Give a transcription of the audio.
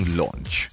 launch